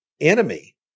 enemy